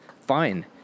Fine